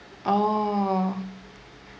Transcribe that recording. oh